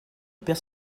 père